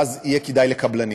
ואז יהיה כדאי לקבלנים.